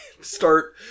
start